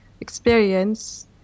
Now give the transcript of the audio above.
experience